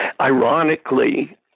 ironically